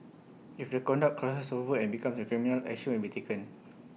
if the conduct crosses over and becomes A criminal action will be taken